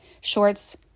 shorts